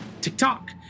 TikTok